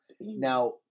now